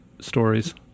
stories